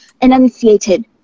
enunciated